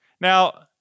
Now